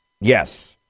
Yes